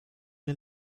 mir